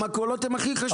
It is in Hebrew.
המכולות הן הכי חשובות.